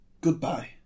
goodbye